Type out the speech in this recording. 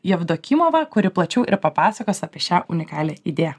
jevdokimova kuri plačiau papasakos apie šią unikalią idėją